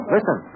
Listen